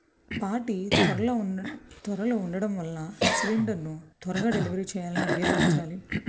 పాటీ త్వరలో ఉండ త్వరలో ఉండడం వలన సిలిండర్ను త్వరగా డెలివరీ చెయ్యాలని అభ్యర్థించాలి